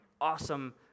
awesome